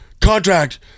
contract